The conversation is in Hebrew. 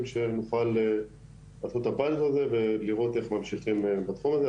שנוכל לעשות את הפיילוט הזה ולראות איך ממשיכים בתחום הזה.